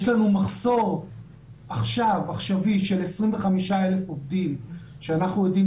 יש לנו מחסור עכשווי של 25,000 עובדים שאנחנו יודעים